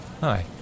Hi